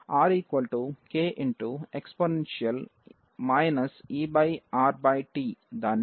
r k exp e r t దాన్ని c 1